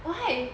why